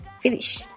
Finish